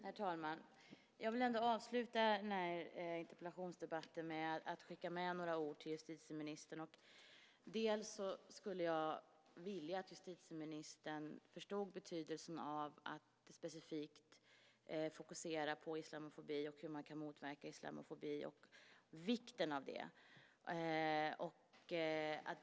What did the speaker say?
Herr talman! Jag vill avsluta den här interpellationsdebatten med att skicka med justitieministern några ord. Jag skulle vilja att justitieministern förstod betydelsen av att man specifikt fokuserar på islamofobi och hur man kan motverka islamofobi och vikten av det.